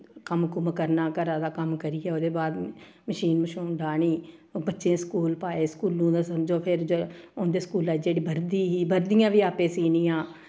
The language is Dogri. कम्म कुम्म करना घरा दा कम्म करियै ओह्दे बाद मशीन मशून डाह्नी बच्चे स्कूल पाए स्कूलों दा समझो फिर उं'दे स्कूला दी जेह्ड़ी बरदी ही बरदियां बी आपें सीह्नियां